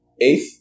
Eighth